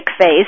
face